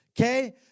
okay